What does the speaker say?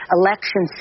election